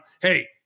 Hey